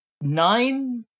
nine